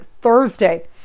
Thursday